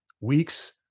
weeks